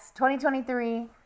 2023